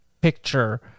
picture